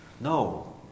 No